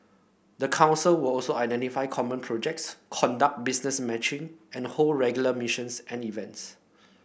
the council will also identify common projects conduct business matching and hold regular missions and events